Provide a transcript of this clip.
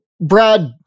Brad